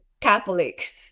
Catholic